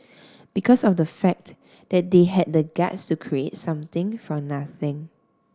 because of the fact that they had the guts to create something from nothing